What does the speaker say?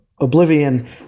oblivion